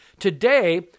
Today